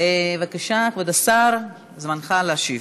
בבקשה, כבוד השר, זמנך להשיב.